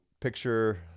picture